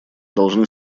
должны